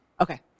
Okay